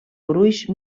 gruix